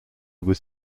was